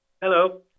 Hello